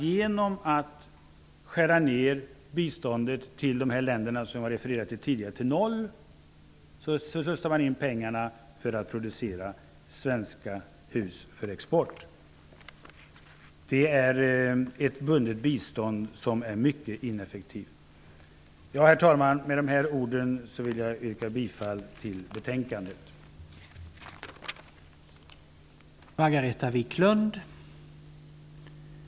Genom att skära ner biståndet till noll för de länder som jag tidigare refererade till, går pengarna till att producera svenska hus för export. Det är ett bundet bistånd som är mycket ineffektivt. Herr talman! Med dessa ord yrkar jag bifall till utskottets hemställan.